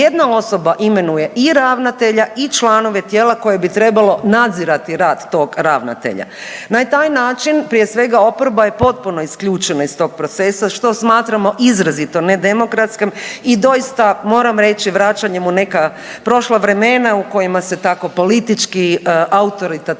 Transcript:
jedna osoba imenuje i ravnatelja i članove tijela koje bi trebalo nadzirati rad tog ravnatelja. Na taj način prije svega oporba je potpuno isključena iz tog procesa što smatramo izrazito nedemokratskim i doista moram reći vraćanjem u neka prošla vremena u kojima se tako politički autoritativno